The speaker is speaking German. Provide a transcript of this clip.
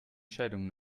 scheidung